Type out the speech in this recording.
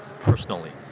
personally